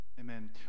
Amen